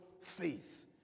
faith